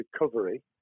recovery